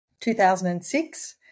2006